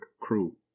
crew